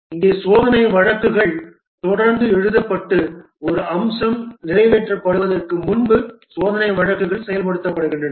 இங்கே சோதனை வழக்குகள் தொடர்ந்து எழுதப்பட்டு ஒரு அம்சம் நிறைவேற்றப்படுவதற்கு முன்பு சோதனை வழக்குகள் செயல்படுத்தப்படுகின்றன